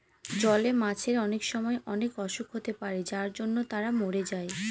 জলে মাছের অনেক সময় অনেক অসুখ হতে পারে যার জন্য তারা মরে যায়